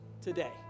today